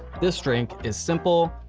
this drink is simple,